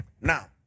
Now